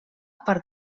per